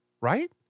right